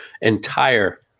entire